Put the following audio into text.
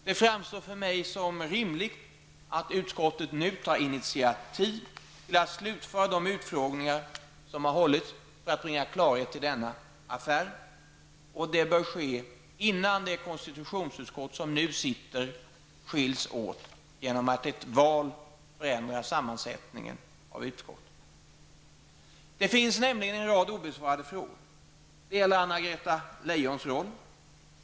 Det framstår för mig som rimligt att utskottet nu tar initiativ till att slutföra de utfrågningar som har hållits för att bringa klarhet i denna affär. Det bör ske innan det konstitutionsutskott som nu sitter skils åt genom att ett val förändrar sammansättningen av utskottet. Det finns nämligen en rad obesvarade frågor. Det gäller Anna-Greta Leijons roll.